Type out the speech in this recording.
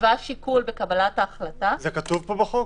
היווה שיקול בקבלת ההחלטה -- זה כתוב פה בחוק?